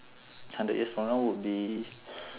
hundred years from now would be